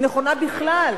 היא נכונה בכלל.